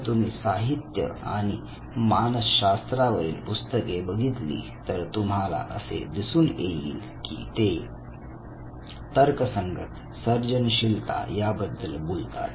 जर तुम्ही साहित्य आणि मानसशास्त्रवरील पुस्तके बघितली तर तुम्हाला असे दिसून येईल की ते तर्कसंगत सर्जनशीलता याबद्दल बोलतात